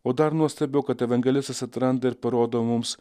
o dar nuostabiau kad evangelistas atranda ir parodo mums